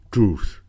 Truth